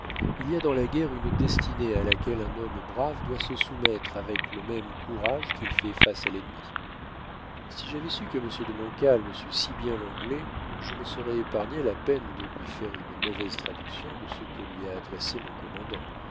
il y a dans la guerre une destinée à laquelle un homme brave doit se soumettre avec le même courage qu'il fait face à l'ennemi si j'avais su que monsieur de montcalm sût si bien l'anglais je me serais épargné la peine de lui faire une mauvaise traduction de ce que lui a adressé mon commandant